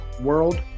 world